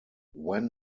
when